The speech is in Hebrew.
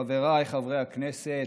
חבריי חברי הכנסת,